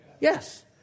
yes